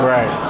Right